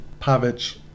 Pavic